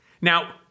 Now